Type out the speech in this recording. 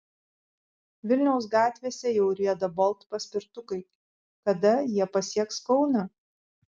vilniaus gatvėse jau rieda bolt paspirtukai kada jie pasieks kauną